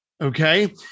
Okay